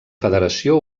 federació